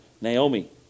Naomi